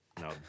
No